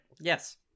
yes